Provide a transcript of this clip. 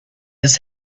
his